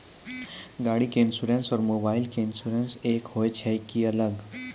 गाड़ी के इंश्योरेंस और मोबाइल के इंश्योरेंस एक होय छै कि अलग?